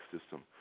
system